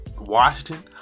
Washington